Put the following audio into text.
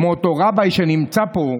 כמו אותו רביי שנמצא פה,